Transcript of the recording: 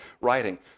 writing